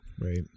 Right